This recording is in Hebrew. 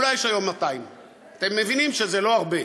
אולי יש היום 200. אתם מבינים שזה לא הרבה.